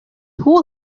who